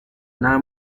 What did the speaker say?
nta